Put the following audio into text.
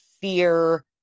fear